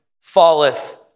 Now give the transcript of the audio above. falleth